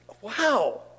wow